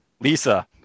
Lisa